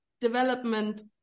development